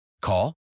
Call